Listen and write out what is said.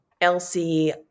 Elsie